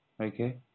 Okay